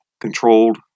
controlled